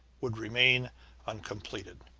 would remain uncompleted.